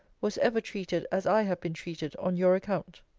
was ever treated as i have been treated on your account.